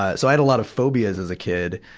ah so, i had a lot of phobias as a kid.